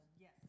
Yes